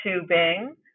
tubing